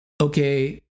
okay